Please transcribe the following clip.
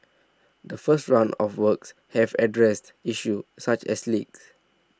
the first round of works have addressed issues such as leaks